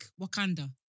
Wakanda